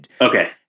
Okay